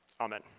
Amen